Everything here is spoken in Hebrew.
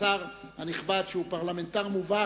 והשר הנכבד, שהוא פרלמנטר מובהק,